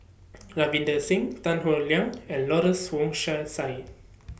Ravinder Singh Tan Howe Liang and Lawrence Wong Shyun Tsai